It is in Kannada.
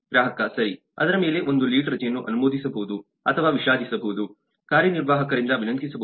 ಗ್ರಾಹಕ ಸರಿ ಅದರ ಮೇಲೆ ಒಂದು ಲೀಡ್ ರಜೆಯನ್ನು ಅನುಮೋದಿಸಬಹುದು ಅಥವಾ ವಿಷಾದಿಸಬಹುದು ಕಾರ್ಯನಿರ್ವಾಹಕರಿಂದ ವಿನಂತಿಸಬಹುದು